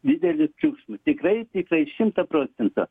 didelį triukšmą tikrai tikrai šimta procentų